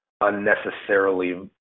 unnecessarily